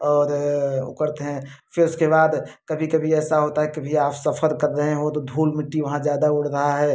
और उ करते हैं फिर उसके बाद कभी कभी ऐसा होता है कि भैया आप सफर कर रहे हो तो धूल मिट्टी वहाँ ज़्यादा उड़ रहा है